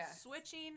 switching